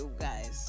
guys